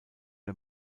der